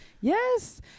yes